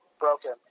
broken